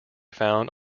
found